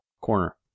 Corner